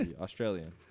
Australian